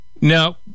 now